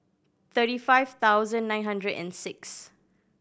thirty five thousand nine hundred and six